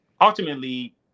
ultimately